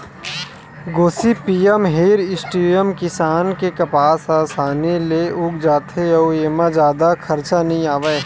Gossypium hirsutum किसम के कपसा ह असानी ले उग जाथे अउ एमा जादा खरचा नइ आवय